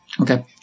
Okay